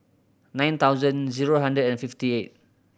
nine thousand zero hundred and fifty eight